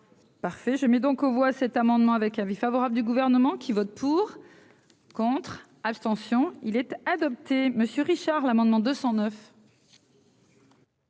parfait je mets donc aux voix cet amendement avec l'avis favorable du gouvernement qui votent pour, contre, abstention il était adopté, monsieur Richard, l'amendement 209.